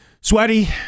sweaty